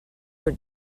were